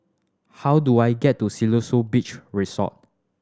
how do I get to Siloso Beach Resort